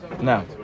Now